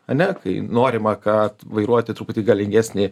ane kai norima kad vairuoti truputį galingesnį